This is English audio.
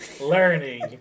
learning